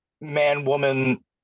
man-woman